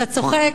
אתה צוחק,